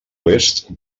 oest